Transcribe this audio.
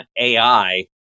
AI